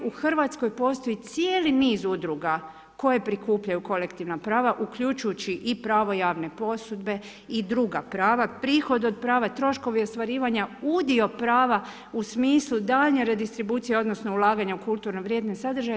U Hrvatskoj postoji cijeli niz udruga, koje prikupljaju kolektivna prava, uključujući i pravo javne posudbe i druga prava, prihod od prava, troškova ostvarivanja, udio prava u smislu daljnje redistribucije, odnosno, ulaganje u kulturne vrijedne sadržaje.